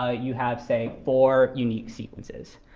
ah you have, say, four unique sequences.